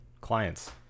clients